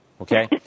Okay